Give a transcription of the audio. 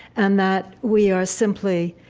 and that we are simply,